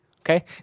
Okay